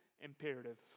imperative